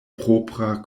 propra